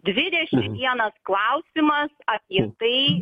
dvidešim vienas klausimas apie tai